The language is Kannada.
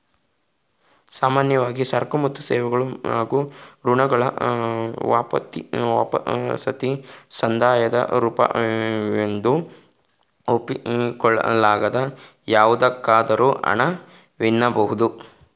ಸಾಮಾನ್ಯವಾಗಿ ಸರಕು ಮತ್ತು ಸೇವೆಗಳು ಹಾಗೂ ಋಣಗಳ ವಾಪಸಾತಿ ಸಂದಾಯದ ರೂಪವೆಂದು ಒಪ್ಪಿಕೊಳ್ಳಲಾಗದ ಯಾವುದಕ್ಕಾದರೂ ಹಣ ವೆನ್ನಬಹುದು